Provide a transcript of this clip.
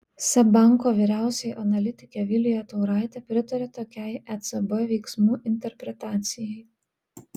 seb banko vyriausioji analitikė vilija tauraitė pritaria tokiai ecb veiksmų interpretacijai